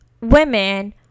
women